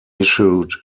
issued